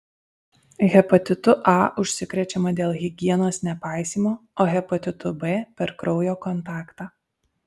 hepatitu a užsikrečiama dėl higienos nepaisymo o hepatitu b per kraujo kontaktą